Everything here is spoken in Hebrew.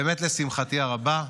באמת, לשמחתי הרבה,